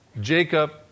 Jacob